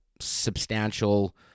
substantial